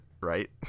right